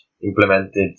implemented